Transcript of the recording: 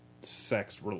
sex